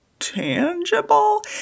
tangible